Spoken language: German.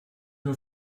nur